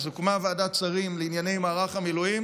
הוקמה ועדת שרים לענייני מערך המילואים